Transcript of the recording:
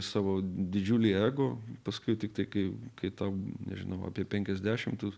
savo didžiulį ego paskui tiktai kai kai tau nežinau apie penkiasdešimt tu